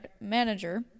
manager